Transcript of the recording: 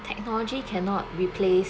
technology cannot replace